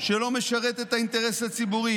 שלא משרת את האינטרס הציבורי,